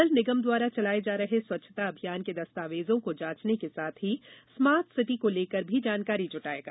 दल निगम द्वारा चलाए जा रहे स्वच्छता अभियान के दस्तावेजों को जांचने के साथ ही स्मार्ट सिटी को लेकर भी जानकारी जुटाएगा